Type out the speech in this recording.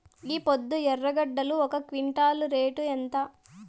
ఈపొద్దు ఎర్రగడ్డలు ఒక క్వింటాలు రేటు ఎంత?